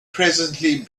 presently